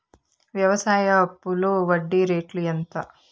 వ్యవసాయ అప్పులో వడ్డీ రేట్లు ఎంత?